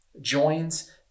joins